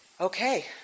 okay